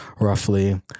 roughly